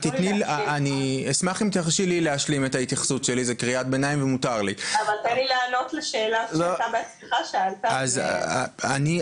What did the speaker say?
אני ביקרתי באתר לפני קצת יותר משבוע, ובאמת מדובר